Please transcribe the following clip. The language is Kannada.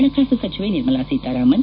ಹಣಕಾಸು ಸಚಿವೆ ನಿರ್ಮಲಾ ಸೀತಾರಾಮನ್